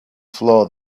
floor